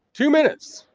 two minutes.